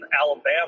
Alabama